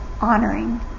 honoring